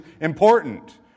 important